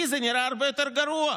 לי זה נראה הרבה יותר גרוע,